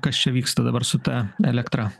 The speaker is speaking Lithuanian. kas čia vyksta dabar su ta elektra